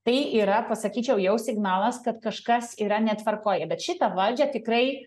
tai yra pasakyčiau jau signalas kad kažkas yra netvarkoje bet šitą valdžią tikrai